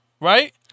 Right